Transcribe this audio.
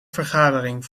vergadering